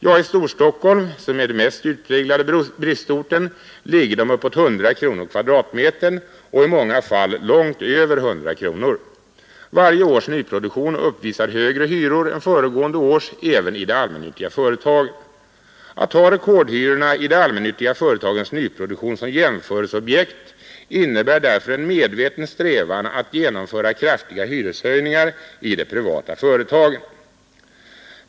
Ja, i Storstockholm som är den mest utpräglade bristorten, ligger de uppåt 100 kronor per kvadratmeter och i många fall långt över 100 kronor. Varje års nyproduktion uppvisar högre hyror än föregående års även i de allmännyttiga företagen. Att ha rekordhyrorna i de allmännyttiga företagens nyproduktion som jämförelseobjekt innebär därför en medveten strävan att genomföra kraftiga hyreshöjningar i de privata företagen.